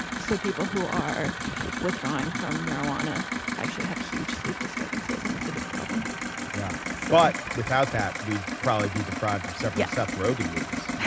so people who are withdrawing from marijuana actually have huge sleep disturbances and it's a big problem yeah but without that we'd probably be deprived of several yeah seth rogen movies.